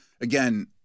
again